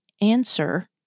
answer